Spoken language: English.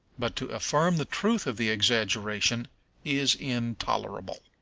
but to affirm the truth of the exaggeration is intolerable.